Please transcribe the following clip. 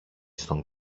στον